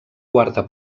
quarta